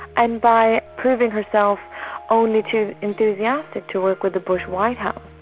and by proving herself only too enthusiastic to work with the bush white house.